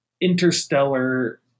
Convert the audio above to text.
interstellar